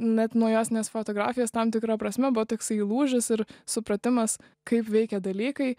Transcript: net nuo juostinės fotografijos tam tikra prasme buvo toksai lūžis ir supratimas kaip veikia dalykai